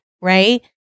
right